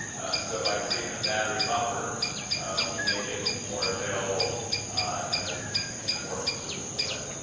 and so by creating a battery buffer we make it more available in a and more consumable way.